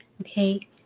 Okay